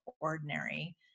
ordinary